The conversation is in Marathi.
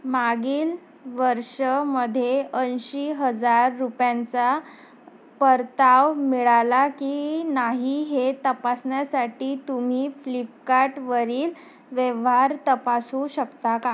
मागील वर्षामध्ये ऐंशी हजार रुपयांचा परतावा मिळाला की नाही हे तपासण्यासाठी तुम्ही फ्लिपकाटवरील व्यवहार तपासू शकता का